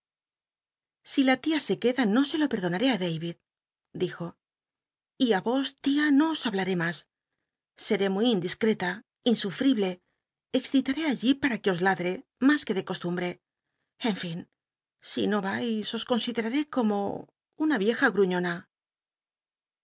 si la lia se queda no se lo pcdonaré i daicl dijo y i os l ia no os hablaré mas seré muy ini jip para que os discreta insufliblc cxcitmé ladre mas que de costumbre en fin si no rais os consideraré como una vieja gruñona